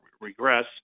regress